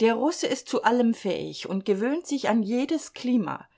der russe ist zu allem fähig und gewöhnt sich an jedes klima